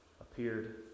appeared